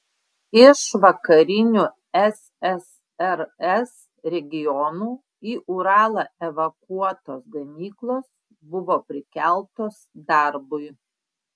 iš vakarinių ssrs regionų į uralą evakuotos gamyklos buvo prikeltos darbui